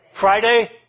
Friday